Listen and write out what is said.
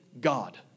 God